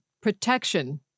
protection